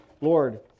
Lord